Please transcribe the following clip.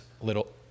little